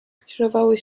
skrzyżowały